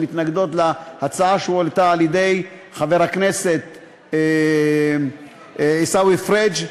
שמתנגדות להצעה שהועלתה על-ידי חבר הכנסת עיסאווי פריג',